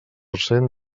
cent